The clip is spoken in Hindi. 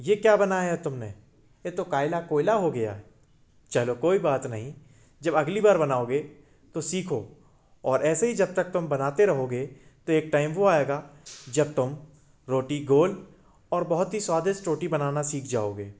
ये क्या बनाया है तुम ने ये तो काएला कोयला हो गया चलो कोई बात नहीं जब अगली बार बनाओगे तो सीखो और ऐसे ही जब तक तुम बनाते रहोगे तो एक टाइम वो आएगा जब तुम रोटी गोल और बहुत ही स्वादिष्ट रोटी बनाना सीख जाओगे